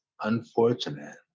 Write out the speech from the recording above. unfortunate